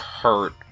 hurt